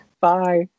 Bye